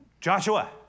Joshua